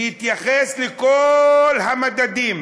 התייחס לכל המדדים,